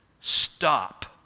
stop